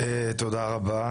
תודה רבה,